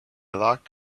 locked